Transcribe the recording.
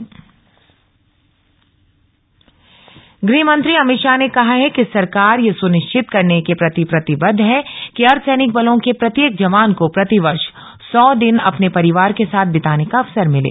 ग हमंत्री गृहमंत्री अमित शाह ने कहा है कि सरकार यह सुनिश्चित करने के प्रति प्रतिबद्ध है कि अर्द्धसैनिक बलों के प्रत्येत जवान को प्रतिवर्ष सौ दिन अपने परिवार के साथ बिताने का अवसर मिले